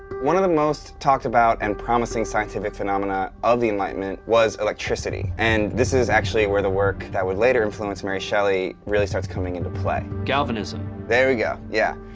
one of the most talked about and promising scientific phenomena of the enlightenment was electricity. and this is where the work that would later influence mary shelley really starts coming into play. galvanism. there we go, yeah.